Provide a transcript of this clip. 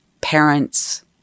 parents